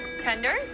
Tender